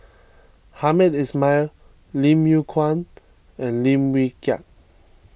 Hamed Ismail Lim Yew Kuan and Lim Wee Kiak